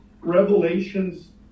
Revelations